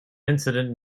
incident